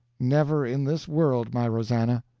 never in this world, my rosannah!